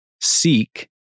Seek